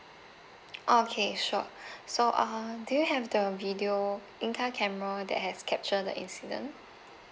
okay sure so uh do you have the video in car camera that has captured the incident